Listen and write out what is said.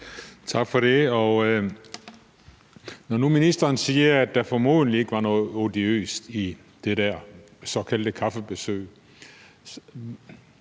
Tak for det. Når nu ministeren siger, at der formodentlig ikke var noget odiøst i det der såkaldte kaffebesøg,